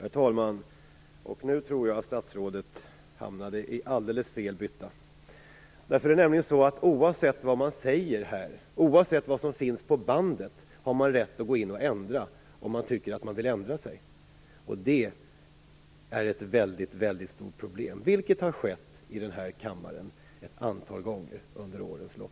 Herr talman! Nu tror jag att statsrådet hamnade i alldeles fel bytta. Oavsett vad man säger här, oavsett vad som finns på bandet, har man rätt att gå in och ändra om man vill. Det är ett stort problem. Detta har skett här i riksdagen ett antal gånger under årens lopp.